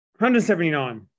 179